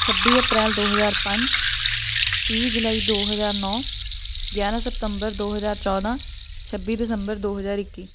ਛੱਬੀ ਅਪ੍ਰੈਲ ਦੋ ਹਜ਼ਾਰ ਪੰਜ ਤੀਹ ਜੁਲਾਈ ਦੋ ਹਜ਼ਾਰ ਨੌ ਗਿਆਰ੍ਹਾਂ ਸੈਪਤੰਬਰ ਦੋ ਹਜ਼ਾਰ ਚੌਦ੍ਹਾਂ ਛੱਬੀ ਦਸੰਬਰ ਦੋ ਹਜ਼ਾਰ ਇੱਕੀ